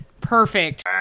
Perfect